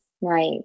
Right